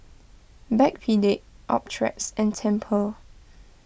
Backpedic Optrex and Tempur